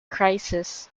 crisis